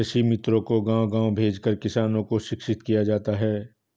कृषि मित्रों को गाँव गाँव भेजकर किसानों को शिक्षित किया जाता है